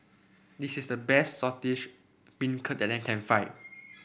this is the best Saltish Beancurd that I can find